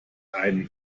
einen